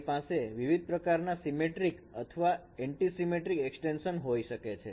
તમારી પાસે વિવિધ પ્રકારના સીમેટ્રિક અથવા એન્ટ્રીસીમેટ્રિક એક્સ્ટેંશન હોઈ શકે છે